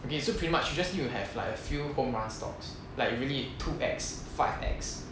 okay so pretty much you just need to have like a few home run stocks like really two X five X